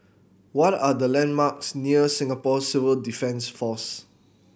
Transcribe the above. what are the landmarks near Singapore Civil Defence Force